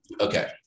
Okay